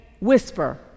whisper